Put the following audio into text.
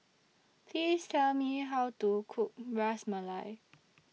Please Tell Me How to Cook Ras Malai